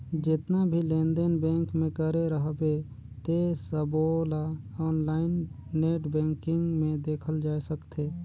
जेतना भी लेन देन बेंक मे करे रहबे ते सबोला आनलाईन नेट बेंकिग मे देखल जाए सकथे